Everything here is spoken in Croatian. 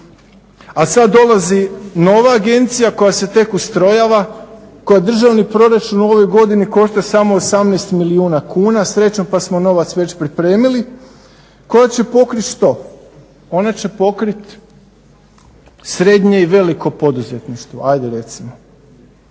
A sada dolazi nova agencija koja se tek ustrojava koja državni proračun u ovoj godini košta samo 18 milijuna kuna, srećom pa smo novac već pripremili, koja će pokriti što? Ona će pokriti srednje i veliko poduzetništvo, ajde recimo.